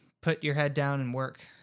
put-your-head-down-and-work